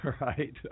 right